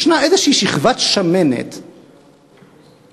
ישנה איזו שכבת שמנת שמקבלת,